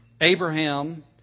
Abraham